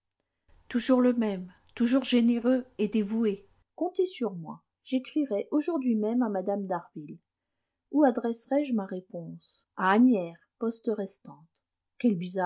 toujours le même toujours généreux et dévoué comptez sur moi j'écrirai aujourd'hui même à mme d'harville où adresserai je ma réponse à asnières poste restante